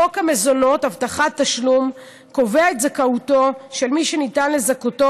חוק המזונות (הבטחת תשלום) קובע את זכאותו של מי שניתן לזכותו